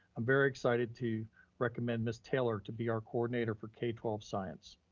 i'm very excited to recommend ms. taylor to be our coordinator for k twelve science.